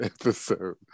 episode